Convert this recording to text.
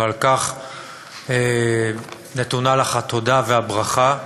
ועל כך נתונות לך התודה והברכה.